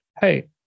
Hey